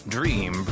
Dream